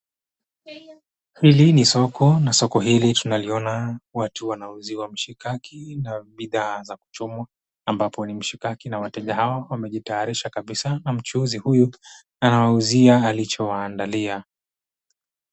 Hili ni soko na soko hili tunaliona watu wanauziwa mshikaki na bidhaa za kuchomwa ambapo ni mshikaki na wateja hawa wamejitayarisha kabisa na mchuuzi huyu anawauzia alichowaandalia.